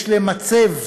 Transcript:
יש למצב,